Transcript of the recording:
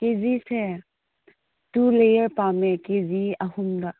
ꯀꯦ ꯖꯤꯁꯦ ꯇꯨ ꯂꯥꯌꯔ ꯄꯥꯝꯃꯦ ꯀꯦ ꯖꯤ ꯑꯍꯨꯝꯗ